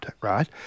right